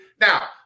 now